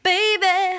Baby